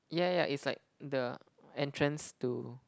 yeah yeah it's like the entrance to